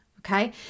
Okay